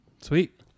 Sweet